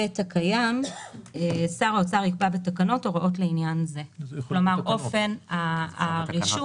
"(ב)שר האוצר יקבע בתקנות הוראות לעניין זה." כלומר אופן הרישום.